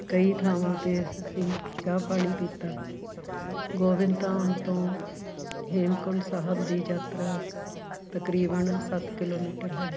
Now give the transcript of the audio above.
ਕਈ ਥਾਵਾਂ 'ਤੇ ਅਸੀਂ ਚਾਹ ਪਾਣੀ ਪੀਤਾ ਗੋਵਿੰਦ ਧਾਮ ਤੋਂ ਹੇਮਕੁੰਡ ਸਾਹਿਬ ਦੀ ਯਾਤਰਾ ਤਕਰੀਬਨ ਸੱਤ ਕਿਲੋਮੀਟਰ ਹੈ